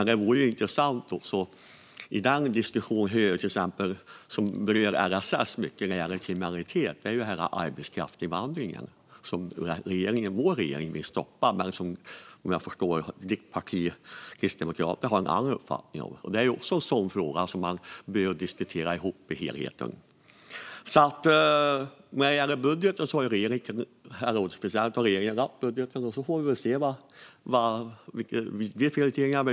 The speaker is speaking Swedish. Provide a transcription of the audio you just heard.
Det vore intressant att i den diskussion som berör LSS mer än kriminalitet ta upp frågan om arbetskraftsinvandringen. Vår regering vill stoppa den, men jag förstår att Kristdemokraterna har en annan uppfattning. Det är också en sådan fråga man bör diskutera för att få en helhet. Regeringen har lagt fram sitt budgetförslag med prioriteringar.